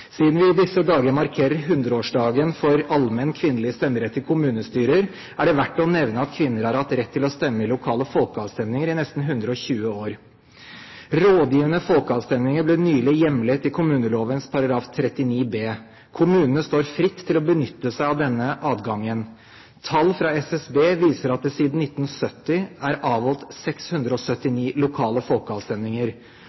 Siden vi i disse dager markerer 100-årsdagen for allmenn kvinnelig stemmerett til kommunestyrer, er det verdt å nevne at kvinner har hatt rett til å stemme i lokale folkeavstemninger i nesten 120 år. Rådgivende folkeavstemninger ble nylig hjemlet i kommuneloven § 39 b. Kommunene står fritt til å benytte seg av denne adgangen. Tall fra SSB viser at det siden 1970 er avholdt